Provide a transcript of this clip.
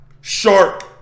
shark